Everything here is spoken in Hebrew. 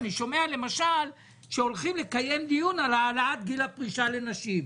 אני שומע למשל שהולכים לקיים דיון על העלאת גיל הפרישה לנשים,